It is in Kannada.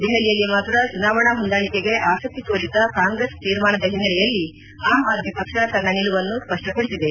ದೆಹಲಿಯಲ್ಲಿ ಮಾತ್ರ ಚುನಾವಣಾ ಹೊಂದಾಣಿಕೆಗೆ ಆಸಕ್ತಿ ತೋರಿದ್ದ ಕಾಂಗ್ರೆಸ್ ತೀರ್ಮಾನದ ಹಿನ್ನೆಲೆಯಲ್ಲಿ ಆಮ್ ಆದ್ನಿ ಪಕ್ಷ ತನ್ನ ನಿಲುವನ್ನು ಸ್ವಪ್ಪಡಿಸಿದೆ